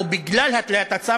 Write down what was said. או בגלל התליית הצו,